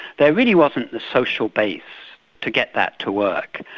there really wasn't the social base to get that to work.